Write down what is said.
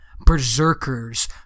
berserkers